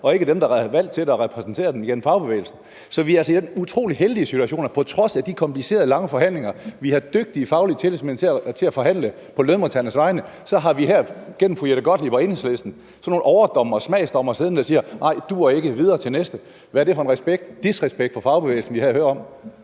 og ikke dem, der er valgt til det og repræsenterer dem igennem fagbevægelsen. Så vi er altså i den utrolig heldige situation, at på trods af de komplicerede og lange forhandlinger – vi har dygtige faglige tillidsmænd til at forhandle på lønmodtagernes vegne – har vi gennem fru Jette Gottlieb og Enhedslisten sådan nogle overdommere og smagsdommere siddende, der siger: Nej, duer ikke, videre til næste. Hvad er det for en disrespekt for fagbevægelsen, vi her hører om?